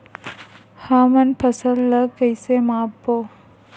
हमन फसल ला कइसे माप बो?